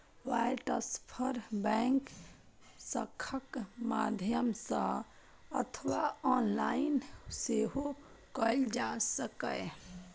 wire transfer bank शाखाक माध्यम सं अथवा ऑनलाइन सेहो कैल जा सकैए